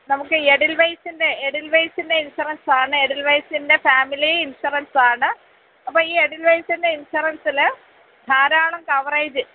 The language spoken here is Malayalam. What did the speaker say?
നമുക്ക് എഡിൽവൈസിന്റെ എഡിൽവൈസിന്റെ ഇൻഷുറൻസാണ് എഡിൽവൈസിന്റെ ഫാമിലി ഇൻഷുറൻസാണ് അപ്പോൾ ഈ എഡിൽവൈസിന്റെ ഇൻഷുറൻസിൽ ധാരാളം കവറേജ്